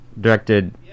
directed